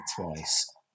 twice